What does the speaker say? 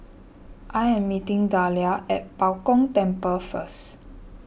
I am meeting Dahlia at Bao Gong Temple first